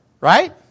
Right